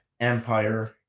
empire